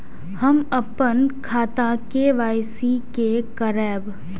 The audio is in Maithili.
हम अपन खाता के के.वाई.सी के करायब?